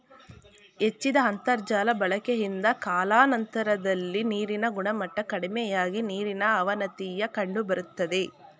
ಹೆಚ್ಚಿದ ಅಂತರ್ಜಾಲ ಬಳಕೆಯಿಂದ ಕಾಲಾನಂತರದಲ್ಲಿ ನೀರಿನ ಗುಣಮಟ್ಟ ಕಡಿಮೆಯಾಗಿ ನೀರಿನ ಅವನತಿಯ ಕಂಡುಬರ್ತದೆ